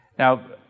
Now